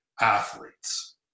athletes